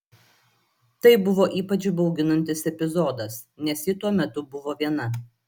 tai buvo ypač bauginantis epizodas nes ji tuo metu buvo viena